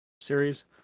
series